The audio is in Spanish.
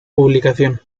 publicación